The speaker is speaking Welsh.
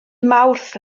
mawrth